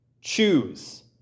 choose